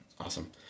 Awesome